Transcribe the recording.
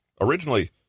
Originally